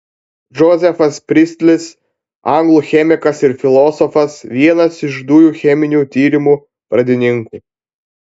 džozefas pristlis anglų chemikas ir filosofas vienas iš dujų cheminių tyrimų pradininkų